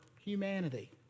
humanity